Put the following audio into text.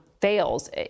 fails